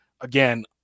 again